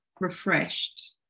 refreshed